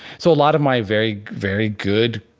so a lot of my very very good,